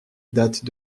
date